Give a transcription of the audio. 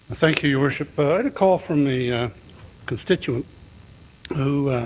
thank you, your worship. i had a call from a constituent who